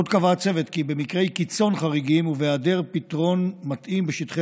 עוד קבע הצוות כי במקרי קיצון חריגים ובהיעדר פתרון מתאים בשטחי